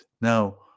Now